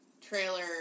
trailer